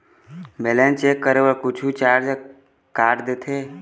Balance check करें कुछू charge काट देथे?